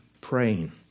praying